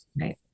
Right